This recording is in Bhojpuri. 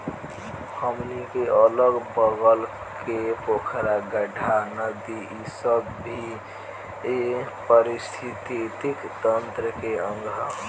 हमनी के अगल बगल के पोखरा, गाड़हा, नदी इ सब भी ए पारिस्थिथितिकी तंत्र के अंग ह